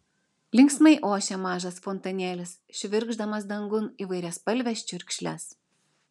linksmai ošė mažas fontanėlis švirkšdamas dangun įvairiaspalves čiurkšles